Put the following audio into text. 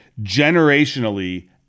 generationally